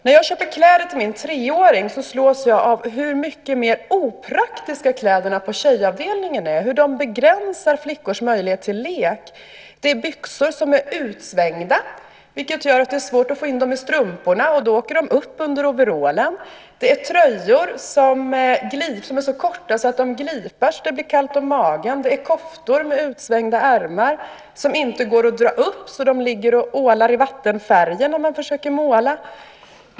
När jag köper kläder till min treåring slås jag av hur mycket mer opraktiska kläderna på tjejavdelningen är och hur de begränsar flickors möjlighet till lek. Det är byxor som är utsvängda, vilket gör att det är svårt att få in dem i strumporna, och då åker de upp under overallen. Det är tröjor som är så korta att de glipar, så att det blir kallt om magen. Det är koftor med utsvängda ärmar som inte går att dra upp, så att de ligger och ålar i vattenfärger när man försöker måla.